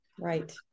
Right